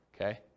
okay